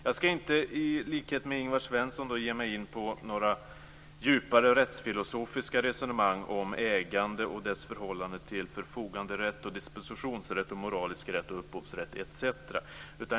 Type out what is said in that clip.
Jag skall inte, i likhet med Ingvar Svensson, ge mig in på några djupare rättsfilosofiska resonemang om ägande och dess förhållande till förfoganderätt, dispositionsrätt, moralisk rätt, upphovsrätt etc.